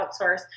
outsource